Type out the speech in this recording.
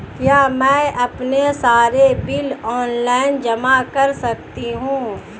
क्या मैं अपने सारे बिल ऑनलाइन जमा कर सकती हूँ?